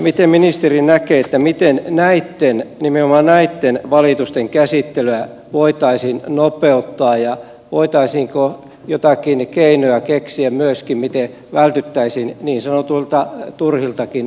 miten ministeri näkee miten nimenomaan näitten valitusten käsittelyä voitaisiin nopeuttaa ja voitaisiinko joitakin keinoja keksiä myöskin miten vältyttäisiin niin sanotuilta turhiltakin valituksilta